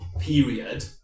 period